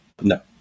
No